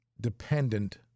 dependent